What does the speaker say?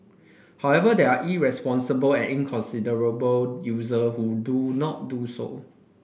however there are irresponsible and inconsiderable user who do not do so